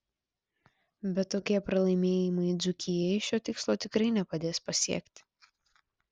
bet tokie pralaimėjimai dzūkijai šio tikslo tikrai nepadės pasiekti